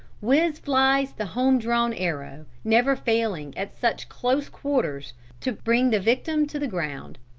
whiz flies the home-drawn arrow, never failing at such close quarters to bring the victim to the ground.